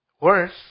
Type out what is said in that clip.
Worse